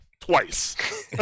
Twice